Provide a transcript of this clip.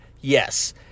Yes